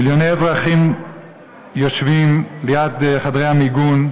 מיליוני אזרחים יושבים ליד חדרי המיגון,